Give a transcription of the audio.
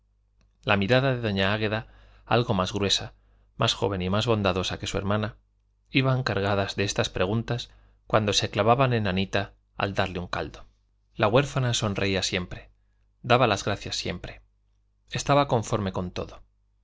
las miradas de doña águeda algo más gruesa más joven y más bondadosa que su hermana iban cargadas de estas preguntas cuando se clavaban en anita al darle un caldo la huérfana sonreía siempre daba las gracias siempre estaba conforme con todo